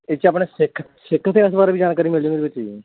ਇਹ 'ਚ ਆਪਣੇ ਸਿੱਖ ਸਿੱਖ ਇਤਹਾਸ ਬਾਰੇ ਵੀ ਜਾਣਕਾਰੀ ਮਿਲ ਜਾਣੀ ਇਹਦੇ ਵਿੱਚ ਜੀ